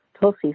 Tulsi